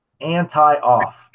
anti-off